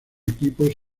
equipos